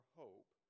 hope